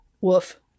woof